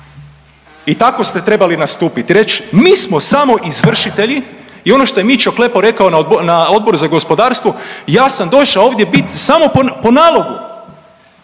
I tako ste trebali nastupiti i reći mi smo samo izvršitelji i ono što je Mićo Klepo rekao na Odboru za gospodarstvo ja sam došao ovdje biti samo po nalogu,